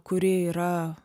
kuri yra